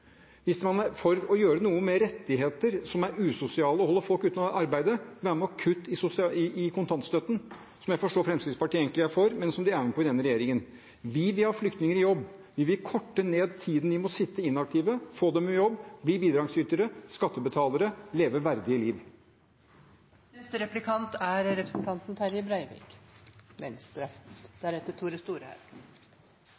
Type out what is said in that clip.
Hvis man er for å gjøre noe med rettigheter som er usosiale og holder folk utenfor arbeid: Vær med og kutt i kontantstøtten, som jeg forstår Fremskrittspartiet egentlig er for, men som de er med på i denne regjeringen. Vi vil ha flyktninger i jobb, vi vil korte ned tiden de må sitte inaktive, vi vil få dem i jobb, slik at de kan bli bidragsytere og skattebetalere og leve verdige liv. Eg er rimeleg overtydd om at representanten